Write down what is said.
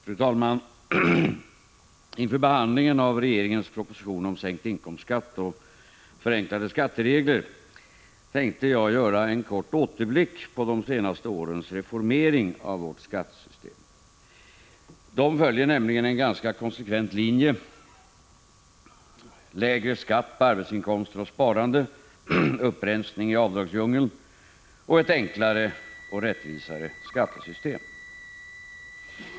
Fru talman! Inför behandlingen av regeringens proposition om sänkt inkomstskatt och förenklade skatteregler skall jag göra en kort återblick på de senaste årens reformering av vårt skattesystem — de följer nämligen en ganska konsekvent linje: lägre skatt på arbetsinkomster och sparande, upprensning i avdragsdjungeln och ett enklare och rättvisare skattesystem.